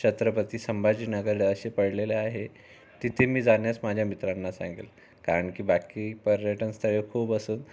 छत्रपती संभाजीनगर असे पडलेलं आहे तिथे मी जाण्यास माझ्या मित्रांना सांगेन कारण बाकी पर्यटनस्थळं खूप असं